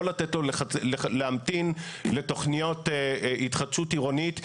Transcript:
לתת לו להמתין לתכניות התחדשות עירונית.